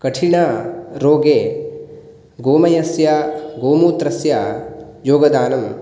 कठिनरोगे गोमयस्य गोमूत्रस्य योगदानं